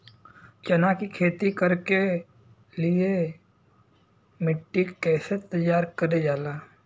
चना की खेती कर के लिए मिट्टी कैसे तैयार करें जाला?